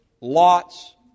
Lot's